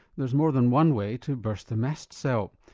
there's more than one way to burst the mast cell.